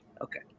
Okay